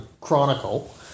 Chronicle